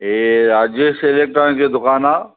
हेीअ Rajesh electronics जो दुकानु आहे